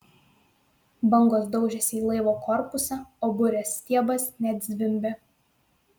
bangos daužėsi į laivo korpusą o burės stiebas net zvimbė